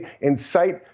incite